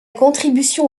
contribution